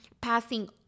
passing